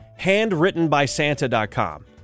handwrittenbySanta.com